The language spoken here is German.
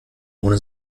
ohne